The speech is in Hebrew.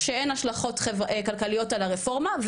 שאין השלכות כלכליות על הרפורמה,